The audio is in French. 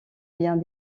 bien